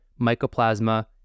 mycoplasma